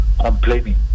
complaining